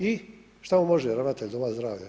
I što mu može ravnatelj doma zdravlja?